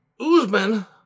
Uzman